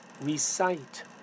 recite